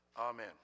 Amen